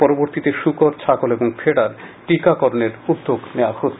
পরবর্তীতে শূকর ছাগল ও ভেড়ার টিকাকরণের উদ্যোগ নেওয়া হচ্ছে